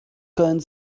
keinen